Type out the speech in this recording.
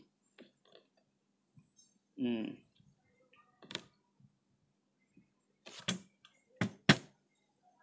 mm